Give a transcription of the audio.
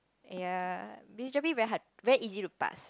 ya this gerpe very hard very easy to pass